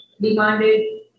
demanded